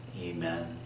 Amen